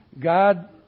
God